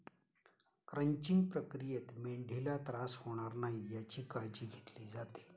crunching प्रक्रियेत मेंढीला त्रास होणार नाही याची काळजी घेतली जाते